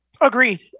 Agreed